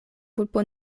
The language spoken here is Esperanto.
vulpo